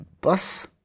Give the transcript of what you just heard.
bus